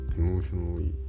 emotionally